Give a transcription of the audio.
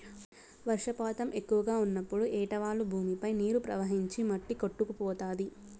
వర్షపాతం ఎక్కువగా ఉన్నప్పుడు ఏటవాలు భూమిపై నీరు ప్రవహించి మట్టి కొట్టుకుపోతాది